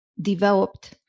developed